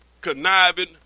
conniving